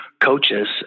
coaches